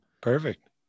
Perfect